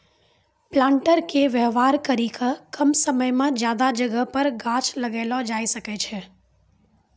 planter के वेवहार करी के कम समय मे ज्यादा जगह पर गाछ लगैलो जाय सकै छै